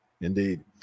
indeed